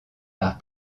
par